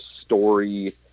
story